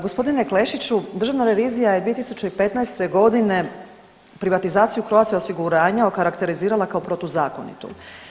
Gospodine Klešiću, Državna revizija je 2015. godine privatizaciju Croatia osiguranja okarakterizirala kao protuzakonitu.